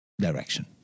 direction